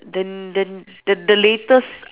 then then the the latest